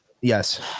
Yes